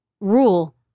rule